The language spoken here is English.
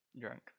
drunk